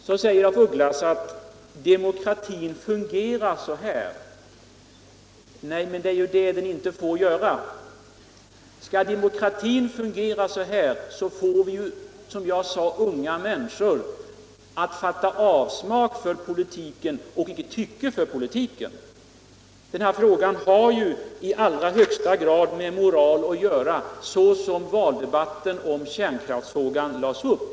| Sedan säger af Ugglas att demokratin fungerar så här. Nej, det är det den inte får göra. Skall demokratin fungera så här får det ju, som jag sade, unga människor att fatta avsmak för politiken. Den här saken har i allra högsta grad med moral att göra såsom valdebatten om kärnkraftsfrågan lades upp.